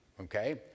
Okay